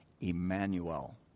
Emmanuel